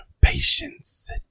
Patience